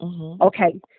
Okay